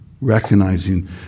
Recognizing